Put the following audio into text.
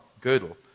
girdle